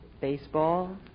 Baseball